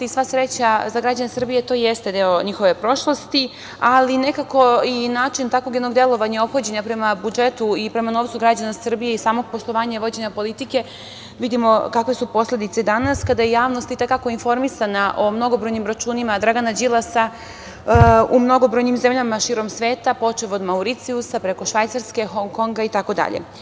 Sva sreća za građane Srbije to jeste deo njihove prošlosti, ali nekako i način takvog jednog delovanja, ophođenja prema budžetu i prema novcu građana Srbije i samog poslovanja, vođenja politike vidimo kakve su posledice danas, kada je javnost i te kako informisana o mnogobrojnim računima Dragana Đilasa u mnogobrojnim zemljama širom sveta, počev od Mauricijusa, preko Švajcarske, Hong Konga itd.